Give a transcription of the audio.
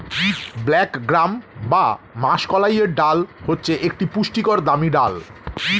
black gram বা মাষকলাইয়ের ডাল হচ্ছে একটি পুষ্টিকর দামি ডাল